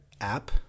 app